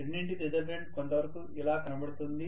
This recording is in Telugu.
రెండింటి రిజల్టెంట్ కొంతవరకు ఇలా కనబడుతుంది